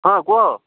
ହଁ କୁହ